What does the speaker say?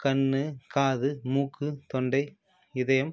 கண் காது மூக்கு தொண்டை இதயம்